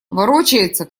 ворочается